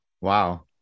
wow